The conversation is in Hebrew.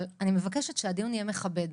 אבל אני מבקשת שהדיון יהיה מכבד.